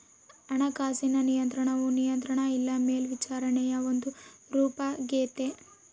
ಹಣಕಾಸಿನ ನಿಯಂತ್ರಣವು ನಿಯಂತ್ರಣ ಇಲ್ಲ ಮೇಲ್ವಿಚಾರಣೆಯ ಒಂದು ರೂಪಾಗೆತೆ